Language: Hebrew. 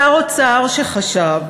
שר אוצר שחשב